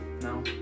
No